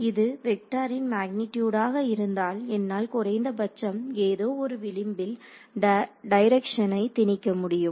இது வெக்டாரின்மேக்னிடியுடாக இருந்தால் என்னால் குறைந்தபட்சம் ஏதோ ஒரு விளிம்பில் டைரக்ஷன் திணிக்க முடியும்